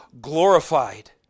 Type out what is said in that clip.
glorified